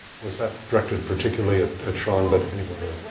was that directed particularly at at sean, but anyone,